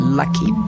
lucky